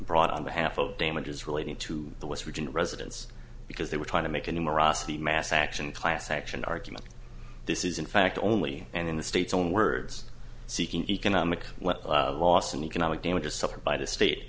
brought on behalf of damages relating to the west virginia residents because they were trying to make a numerosity mass action class action argument this is in fact only and in the state's own words seeking economic loss and economic damages suffered by the state